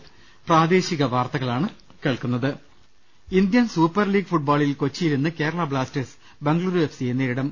്്്്്്് Indian Super League ഫുട്ബോളിൽ കൊച്ചിയിൽ ഇന്ന് കേരള ബ്ലാസ്റ്റേഴ്സ് ബംഗളുരു എഫ് സിയെ നേരിടും